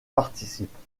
participent